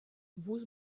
vůz